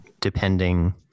depending